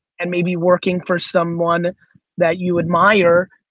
and maybe working for someone that you admire,